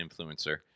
influencer